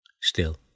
Still